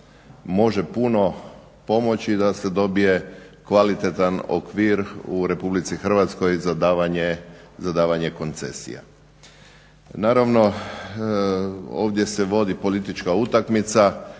može puno pomoći da se dobije kvalitetan okvir u Republici Hrvatskoj za davanje koncesija. Naravno, ovdje se vodi politička utakmica